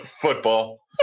Football